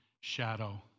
shadow